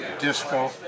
disco